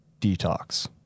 detox